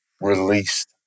released